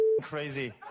crazy